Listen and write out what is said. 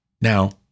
Now